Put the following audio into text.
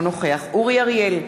אינו נוכח אורי אריאל,